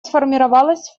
сформировалась